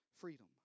freedom